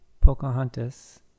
Pocahontas